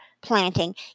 planting